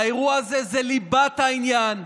האירוע הזה זה ליבת העניין.